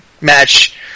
match